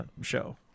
show